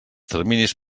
terminis